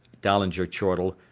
dahlinger chortled.